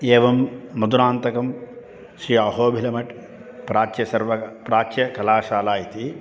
एवं मदुरान्तकं श्री अहोभिलमट् प्राच्यसर्व प्राच्यकलाशाला इति